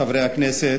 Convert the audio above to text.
חברי הכנסת,